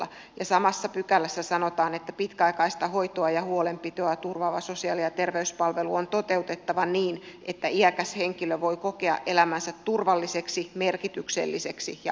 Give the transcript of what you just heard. ja samassa pykälässä sanotaan että pitkäaikaista hoitoa ja huolenpitoa turvaava sosiaali ja terveyspalvelu on toteutettava niin että iäkäs henkilö voi kokea elämänsä turvalliseksi merkitykselliseksi ja arvokkaaksi